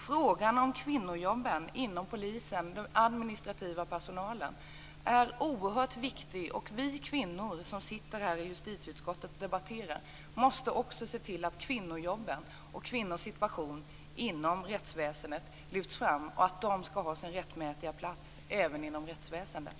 Frågan om kvinnojobben inom polisen, den administrativa personalen, är oerhört viktig. Vi kvinnor som sitter i justitieutskottet och här debatterar måste också se till att kvinnojobben och kvinnors situation inom rättsväsendet lyfts fram och att de skall ha sin rättmätiga plats även inom rättsväsendet.